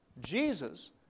Jesus